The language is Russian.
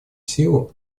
силу